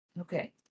Okay